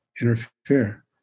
interfere